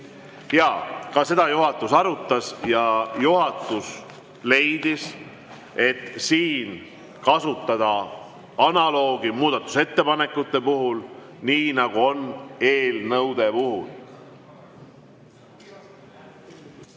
Jaa. Ka seda juhatus arutas ja juhatus leidis, et siin kasutada analoogi muudatusettepanekute puhul, nii nagu on eelnõude puhul.